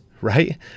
right